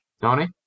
Tony